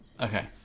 Okay